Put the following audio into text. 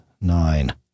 nine